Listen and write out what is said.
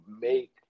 make